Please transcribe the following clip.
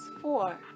four